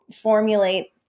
formulate –